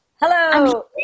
Hello